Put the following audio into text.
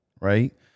right